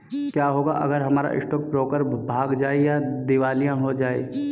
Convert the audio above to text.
क्या होगा अगर हमारा स्टॉक ब्रोकर भाग जाए या दिवालिया हो जाये?